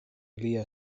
lia